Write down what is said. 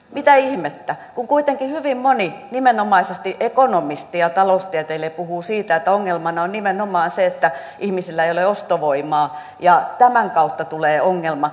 mitä ihmettä kun kuitenkin hyvin moni nimenomaisesti ekonomisti ja taloustieteilijä puhuu siitä että ongelmana on nimenomaan se että ihmisillä ei ole ostovoimaa tämän kautta tulee ongelma